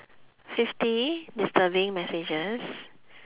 fifty disturbing messages